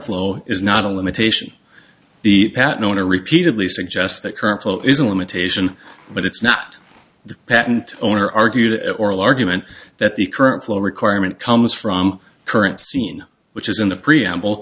flow is not a limitation the patent owner repeatedly suggests that current flow is a limitation but it's not the patent owner argued at oral argument that the current flow requirement comes from current scene which is in the preamble